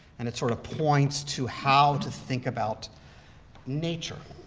and it sort of points to how to think about nature.